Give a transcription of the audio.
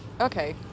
okay